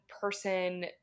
person